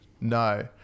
No